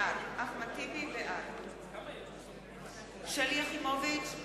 בעד שלי יחימוביץ,